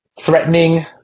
threatening